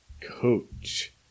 coach